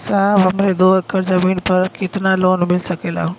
साहब हमरे दो एकड़ जमीन पर कितनालोन मिल सकेला?